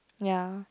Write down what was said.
ya